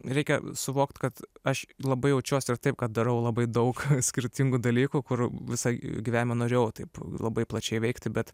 reikia suvokt kad aš labai jaučiuos ir taip kad darau labai daug skirtingų dalykų kur visą gyvenimą norėjau taip labai plačiai veikti bet